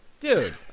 dude